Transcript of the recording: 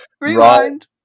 Rewind